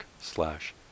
slash